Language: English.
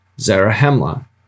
Zarahemla